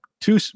two